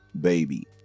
baby